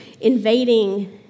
invading